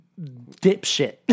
dipshit